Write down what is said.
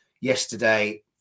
yesterday